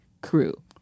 crew